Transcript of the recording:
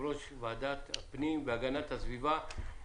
יושב-ראש ועדת הפנים והגנת הסביבה,